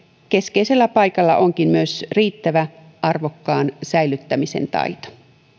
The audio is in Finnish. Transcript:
keskeisellä paikalla onkin myös riittävä arvokkaan säilyttämisen taito